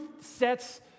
sets